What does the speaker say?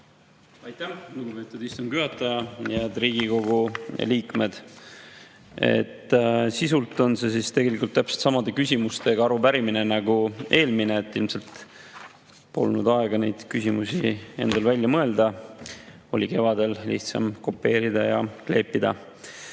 Aitäh, lugupeetud istungi juhataja! Head Riigikogu liikmed! Sisult on see tegelikult täpselt samade küsimustega arupärimine nagu eelmine. Ilmselt polnud aega küsimusi endal välja mõelda, oli kevadel lihtsam kopeerida ja kleepida.